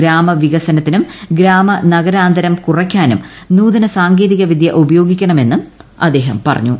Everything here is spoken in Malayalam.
ഗ്രാമ വികസനത്തിനും ഗ്രാമ നഗരാന്തരം കുറയ്ക്കാനും നൂത്യന്റെ സാങ്കേതിക വിദ്യ ഉപയോഗിക്കണമെന്നും അദ്ദേഹം പറഞ്ഞു